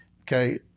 Okay